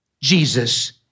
Jesus